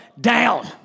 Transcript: down